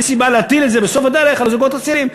אין סיבה להטיל את זה בסוף הדרך על הזוגות הצעירים.